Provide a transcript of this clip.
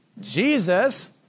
Jesus